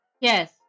Yes